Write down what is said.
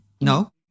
No